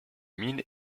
mines